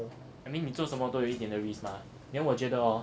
I mean 你做什么都会有一点的 risk mah then 我觉得 hor